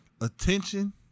attention